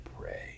pray